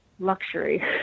luxury